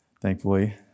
thankfully